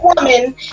woman